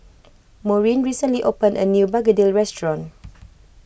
Maureen recently opened a new Begedil restaurant